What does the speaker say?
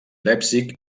leipzig